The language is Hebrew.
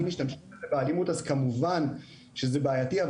אם משתמשים בזה באלימות אז כמובן שזה בעייתי,